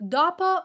dopo